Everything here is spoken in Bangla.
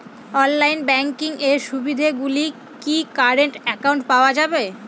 অনলাইন ব্যাংকিং এর সুবিধে গুলি কি কারেন্ট অ্যাকাউন্টে পাওয়া যাবে?